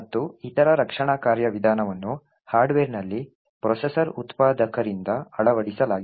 ಮತ್ತು ಇತರ ರಕ್ಷಣಾ ಕಾರ್ಯವಿಧಾನವನ್ನು ಹಾರ್ಡ್ವೇರ್ನಲ್ಲಿ ಪ್ರೊಸೆಸರ್ ಉತ್ಪಾದಕರಿಂದ ಅಳವಡಿಸಲಾಗಿದೆ